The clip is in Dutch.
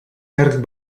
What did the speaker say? werkt